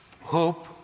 Hope